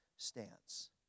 stance